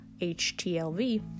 HTLV